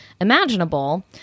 imaginable